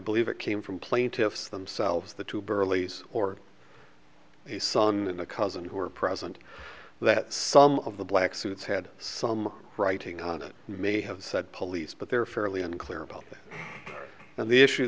believe it came from plaintiffs themselves the two burley's or a son in a cousin who were present that some of the black suits had some writing on it may have said police but they're fairly unclear about that and the issue